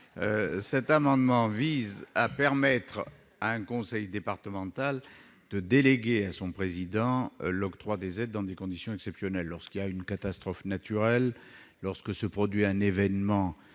cet amendement vise à permettre à un conseil départemental de déléguer à son président l'octroi d'aides dans des circonstances exceptionnelles, lorsque survient une catastrophe naturelle ou un événement